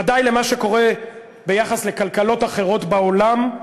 ודאי ביחס למה שקורה לכלכלות אחרות בעולם.